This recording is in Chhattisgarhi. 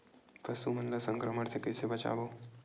पशु मन ला संक्रमण से कइसे बचाबो?